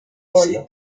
bono